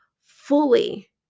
fully